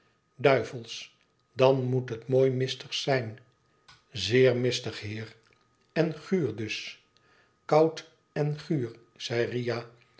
duivelsch dan moet het mooi mistig zijn i izeer mistig heer ten guur dus koud en guur zei riah